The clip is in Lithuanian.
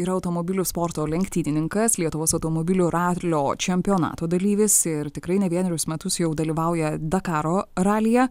yra automobilių sporto lenktynininkas lietuvos automobilių ralio čempionato dalyvis ir tikrai ne vienerius metus jau dalyvauja dakaro ralyje